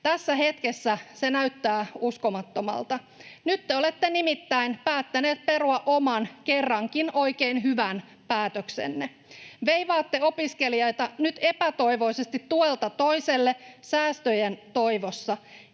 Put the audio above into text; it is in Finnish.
Tässä hetkessä se näyttää uskomattomalta. Nyt te olette nimittäin päättäneet perua oman, kerrankin oikein hyvän päätöksenne. Veivaatte opiskelijoita nyt epätoivoisesti tuelta toiselle säästöjen toivossa.